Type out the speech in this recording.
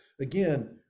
Again